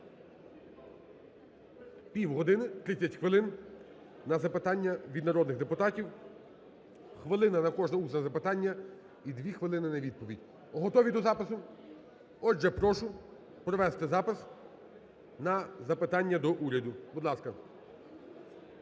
Півгодини, 30 хвилин, на запитання від народних депутатів, хвилина на кожне усне запитання і 2 хвилини на відповідь. Готові до запису? Отже, прошу провести запис на запитання до уряду, будь ласка.